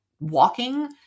walking